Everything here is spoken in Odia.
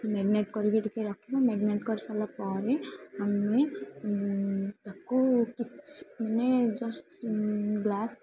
ମେରିନେଟ୍ କରିକି ଟିକେ ରଖିବା ମେରିନେଟ୍ କରିସାରିଲା ପରେ ଆମେ ତା'କୁ କିଛି ମାନେ ଜଷ୍ଟ୍ ଗ୍ଲାସ୍